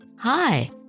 Hi